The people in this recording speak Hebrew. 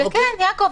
זה כן, יעקב.